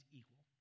equal